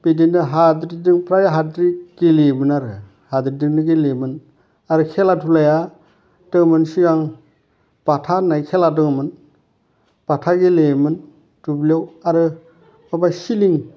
बिदिनो हाद्रिजों फ्राय हाद्रि गेलेयोमोन आरो हाद्रिजोंनो गेलेयोमोन आरो खेला दुलाया दङमोन सिगां बाथा होन्नाय खेला दङमोन बाथा गेलेयोमोन दुब्लियाव आरो एबा सिलिं